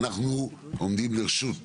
אנחנו עומדים לרשות המשרד,